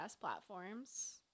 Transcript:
platforms